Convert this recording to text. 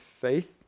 faith